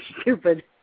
stupid